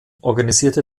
organisierte